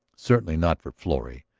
certainly not for florrie,